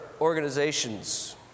organizations